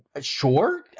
Sure